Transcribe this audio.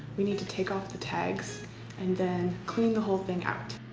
we need to take off the tags and then clean the whole thing out